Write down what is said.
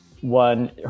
one